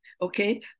okay